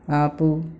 ఆపు